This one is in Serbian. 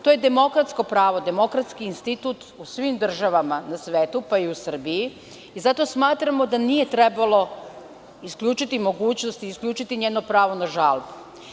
To je demokratsko pravo, demokratski institut u svim državama u svetu, pa i u Srbiji, i zato smatramo da nije trebalo isključiti mogućnosti i isključiti njeno pravo na žalbu.